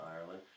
ireland